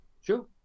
sure